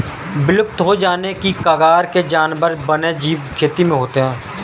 विलुप्त हो जाने की कगार के जानवर वन्यजीव खेती में होते हैं